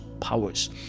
powers